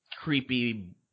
creepy